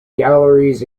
galleries